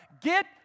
Get